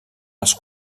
els